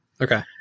Okay